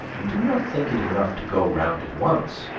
and do not think it enough to go round it once.